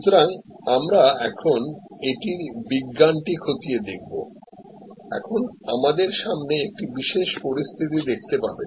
সুতরাং আমরা এখন এটিরবিজ্ঞানটি খতিয়ে দেখবএখন আপনাদের সামনে একটি বিশেষ পরিস্থিতি দেখতে পাবেন